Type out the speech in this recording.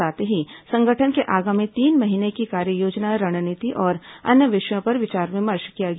साथ ही संगठन के आगामी तीन महीने की कार्ययोजना रणनीति और अन्य विषयों पर विचार विमर्श किया गया